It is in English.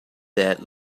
that